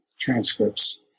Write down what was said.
transcripts